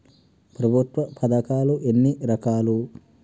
ప్రభుత్వ పథకాలు ఎన్ని రకాలు?